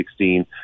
2016